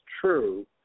true